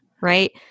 right